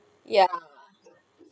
yeah